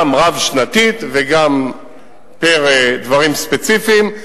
גם רב-שנתית וגם פר דברים ספציפיים,